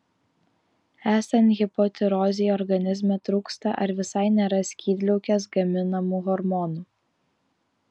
esant hipotirozei organizme trūksta ar visai nėra skydliaukės gaminamų hormonų